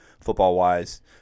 football-wise